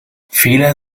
fehler